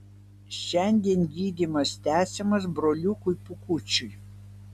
šiandien gydymas tęsiamas broliukui pūkučiui